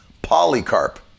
Polycarp